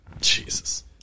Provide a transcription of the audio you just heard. Jesus